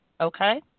Okay